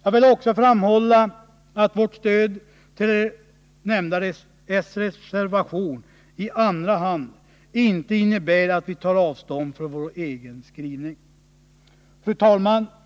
Jag vill också framhålla att vårt stöd till i andra hand s-reservationen inte innebär att vi tar avstånd från vår egen skrivning. Fru talman!